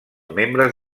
membres